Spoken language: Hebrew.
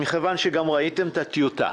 מכוון שגם ראיתם את הטיוטה,